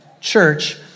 church